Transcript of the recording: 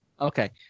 Okay